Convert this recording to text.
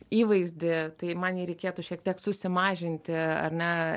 įvaizdį tai man jį reikėtų šiek tiek susimažinti ar ne